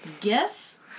Guess